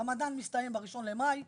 הרמדאן מסתיים ב-1 במאי.